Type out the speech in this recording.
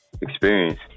experience